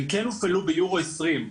הם כן הופעלו ביורו 20,